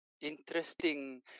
interesting